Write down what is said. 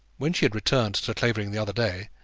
when she had returned to clavering the other day,